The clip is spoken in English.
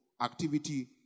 activity